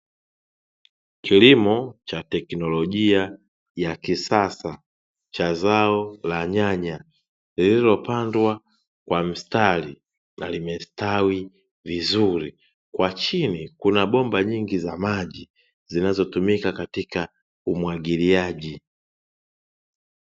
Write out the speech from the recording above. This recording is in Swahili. Kilimo cha tekinolojia ya kisasa cha zao la nyanya, lililopandwa kwa mstari na limestawi vizuri. Kwa chini kuna bomba nyingi za maji, zinazotumika katika umwagiliaji.